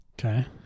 Okay